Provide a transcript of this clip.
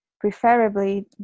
preferably